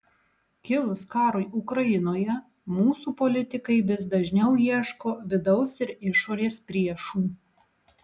kilus karui ukrainoje mūsų politikai vis dažniau ieško vidaus ir išorės priešų